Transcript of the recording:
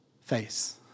face